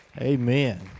Amen